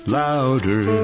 louder